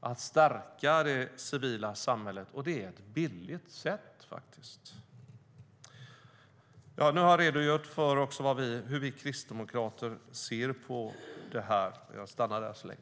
att stärka det civila samhället. Och detta är faktiskt ett billigt sätt. Nu har jag redogjort för hur vi kristdemokrater ser på det här. Jag stannar där så länge.